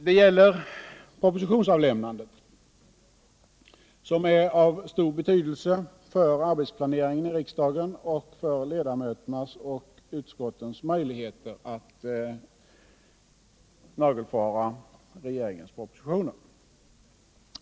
Det gäller propositionsavlämnandet, som är av stor betydelse för arbetsplaneringen i riksdagen och för ledamöternas och utskottens möjligheter att nagelfara regeringens propositioner.